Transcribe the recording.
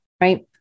right